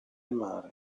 mare